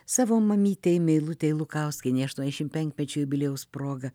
savo mamytei meilutei lukauskienei aštuoniasdešim penkmečio jubiliejaus proga